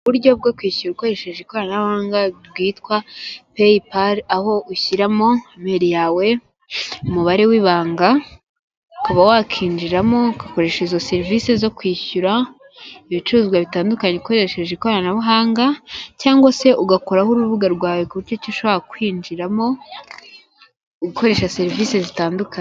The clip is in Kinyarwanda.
Uburyo bwo kwishyura ukoresheje ikoranabuhanga bwitwa peyipari, aho ushyiramo imeri yawe, umubare w'ibanga, ukaba wakinjiramo ugakoresha izo serivisi zo kwishyura ibicuruzwa bitandukanye ukoresheje ikoranabuhanga, cyangwa se ugakoraho urubuga rwawe ku buryo ki ushobora kwinjiramo ukoresha serivisi zitandukanye.